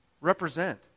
represent